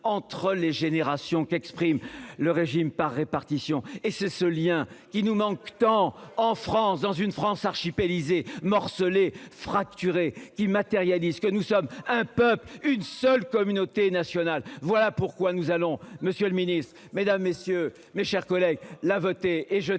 entre les générations, qu'exprime le régime par répartition et c'est ce lien qui nous manque tant en France, dans une France archipel lisez morcelé fracturé qui matérialise que nous sommes un peuple, une seule communauté nationale, voilà pourquoi nous allons. Monsieur le Ministre, Mesdames, messieurs, mes chers collègues la voter et je